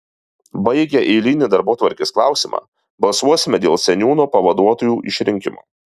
baigę eilinį darbotvarkės klausimą balsuosime dėl seniūno pavaduotojų išrinkimo